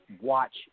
watch